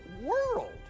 world